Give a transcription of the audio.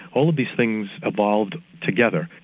all of these things evolved together,